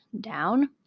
down